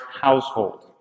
household